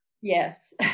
Yes